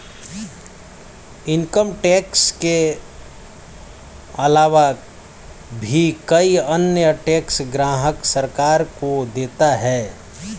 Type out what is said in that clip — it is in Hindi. इनकम टैक्स के आलावा भी कई अन्य टैक्स ग्राहक सरकार को देता है